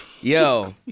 Yo